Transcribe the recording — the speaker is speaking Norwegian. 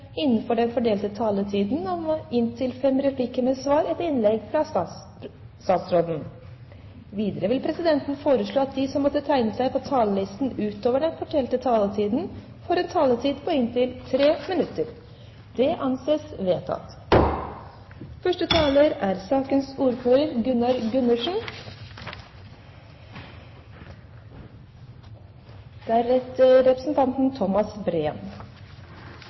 innenfor den fordelte taletid. Videre vil presidenten foreslå at de som måtte tegne seg på talerlisten utover den fordelte taletid, får en taletid på inntil 3 minutter. – Det anses vedtatt. Bakgrunnen for saken er